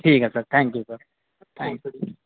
ٹھیک ہے sir thank you sir thank